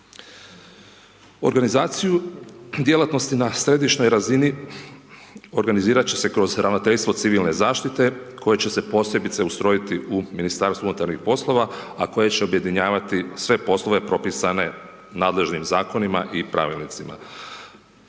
Organizaciju djelatnosti na središnjoj razini, organizirati će se kroz ravnateljstvo civilne zaštite, koje će se posebice ustrojiti u Ministarstvu unutarnjih poslova, a koje će objedinjavate sve poslove propisane nadležnim zakonima i pravilnicima.